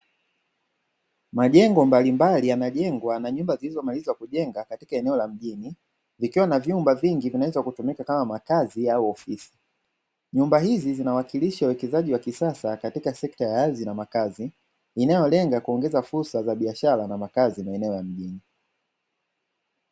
Majengo mbalimbali yanajengwa na nyumba zilizomalizwa kujengwa katika eneo la mjini, zikiwa na vyumba vingi vinavyoweza kutumika kama makazi au ofisi. Nyumba hizi zinawakilisha uwekezaji wa kisasa katika sekta ya ardhi na makazi inayolenga kuongeza fursa za biashara na makazi maeneo ya mjini.